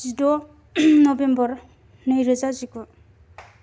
जिद' नभेम्बर नैरोजा जिगु